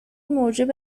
موجب